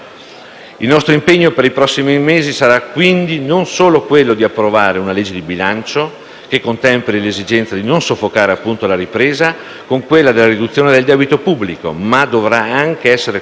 Il nostro impegno per i prossimi mesi sarà quindi non solo quello di approvare una legge di bilancio che contemperi l'esigenza di non soffocare la ripresa congiunturale con quella di ridurre il debito pubblico, ma anche quello